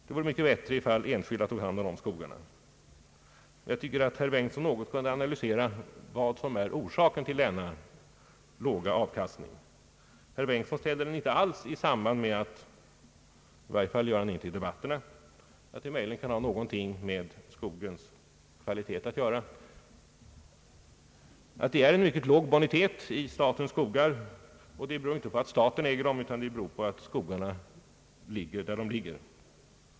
Det vore bättre om enskilda tog hand om skogarna. Jag tycker att herr Bengtson något borde analysera vad som är orsaken till denna låga avkastning. Herr Bengtson sätter den inte alls i samband — i alla fall gör han inte det i debatten — med att det möjligen kan ha något med skogens kvalitet att göra. Att det är en mycket låg bonitet i statens skogar beror inte på att staten äger dem, utan det beror på att skogarna ligger där de ligger.